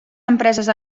empreses